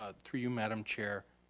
ah through you madam chair,